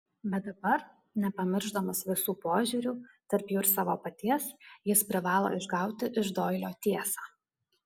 bet dabar nepamiršdamas visų požiūrių tarp jų ir savo paties jis privalo išgauti iš doilio tiesą